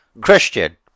Christian